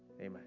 Amen